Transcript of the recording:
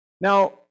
Now